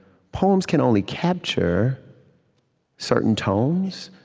poems can only capture certain tones,